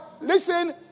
Listen